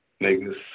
niggas